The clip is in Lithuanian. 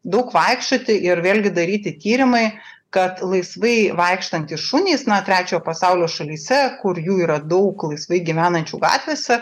daug vaikščioti ir vėlgi daryti tyrimai kad laisvai vaikštantys šunys na trečio pasaulio šalyse kur jų yra daug laisvai gyvenančių gatvėse